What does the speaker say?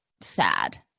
sad